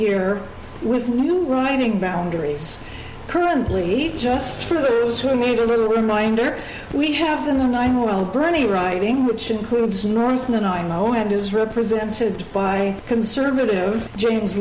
year with new writing boundaries currently just for those who need a little reminder we have the nine well bernie writing which includes north and i know it is represented by conservative james